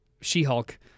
She-Hulk